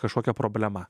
kažkokia problema